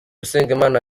usengimana